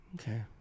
Okay